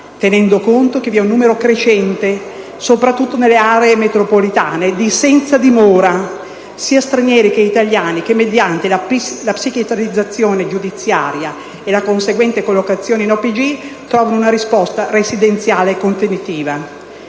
tenendo conto che vi è un numero crescente di senza dimora, soprattutto nelle aree metropolitane, sia stranieri che italiani, che mediante la psichiatrizzazione giudiziaria e la conseguente collocazione in OPG trovano una risposta residenziale e contenitiva.